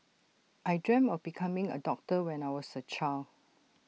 I dreamt of becoming A doctor when I was A child